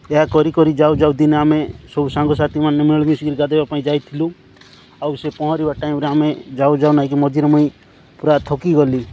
ଏହା କରି କରି ଯାଉ ଯାଉ ଦିନେ ଆମେ ସବୁ ସାଙ୍ଗସାଥିମାନେ ମିଳିମିଶି କରି ଗାଧୋଇବା ପାଇଁ ଯାଇଥିଲୁ ଆଉ ସେ ପହଁରିବା ଟାଇମ୍ରେ ଆମେ ଯାଉ ଯାଉ ନାଇଁକି ମଝିରେ ମୁଇଁ ପୁରା ଥକିଗଲି